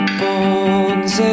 bones